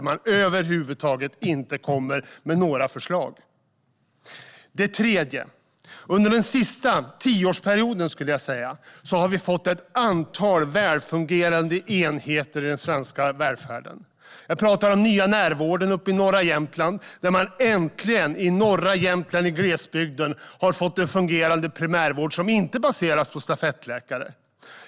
Man kommer inte med några förslag över huvud taget. För det tredje har vi under den senaste tioårsperioden fått ett antal välfungerande enheter i den svenska välfärden. Jag talar om Nya Närvården uppe i norra Jämtland, där man äntligen - i norra Jämtland, i glesbygden - har fått en fungerade primärvård som inte baseras på stafettläkare.